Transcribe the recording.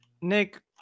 Nick